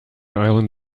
island